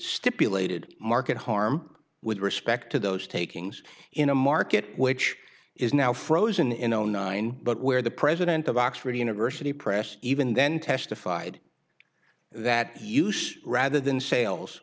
stipulated market harm with respect to those takings in a market which is now frozen in zero nine but where the president of oxford university press even then testified that use rather than sales